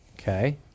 Okay